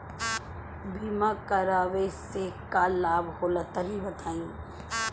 बीमा करावे से का लाभ होला तनि बताई?